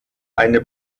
eine